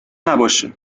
نباشه